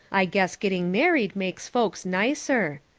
i guess getting married makes folks nicer.